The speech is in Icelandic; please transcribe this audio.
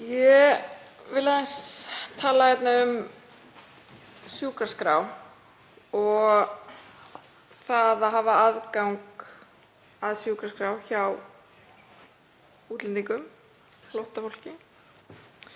Ég vil aðeins tala hér um sjúkraskrá og það að hafa aðgang að sjúkraskrá útlendinga, flóttafólks.